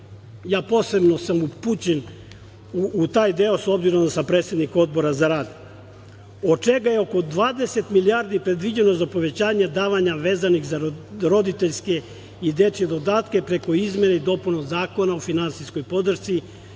sam posebno upućen u taj deo, s obzirom da sam predsednik Odbora za rad, od čega je oko 20 milijardi predviđeno za povećanje davanja vezanih za roditeljske i dečije dodatke preko izmene i dopune Zakona o finansijskoj podršci